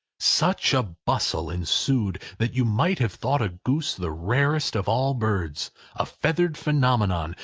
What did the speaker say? such a bustle ensued that you might have thought a goose the rarest of all birds a feathered phenomenon,